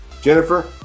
Jennifer